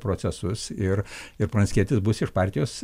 procesus ir ir pranckietis bus iš partijos